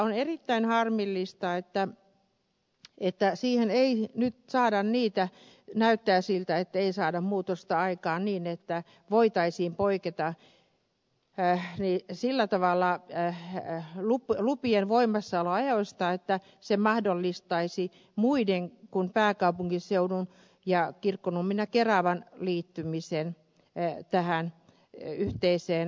on erittäin harmillista että siihen ei nyt saada näyttää siltä muutosta aikaan niin että voitaisiin poiketa sillä tavalla lupien voimassaoloajoista että se mahdollistaisi muiden kuin pääkaupunkiseudun ja kirkkonummen ja keravan liittymisen tähän yhteiseen liikennekuntayhtymään